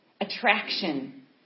attraction